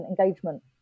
engagement